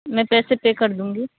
میں پیسے پے کر دوں گی